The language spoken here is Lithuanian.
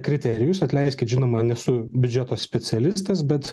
kriterijus atleiskit žinoma nesu biudžeto specialistas bet